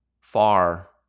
far